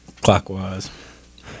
clockwise